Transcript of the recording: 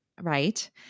Right